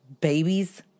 babies